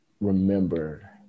remember